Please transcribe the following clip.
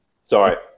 sorry